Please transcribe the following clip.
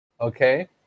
Okay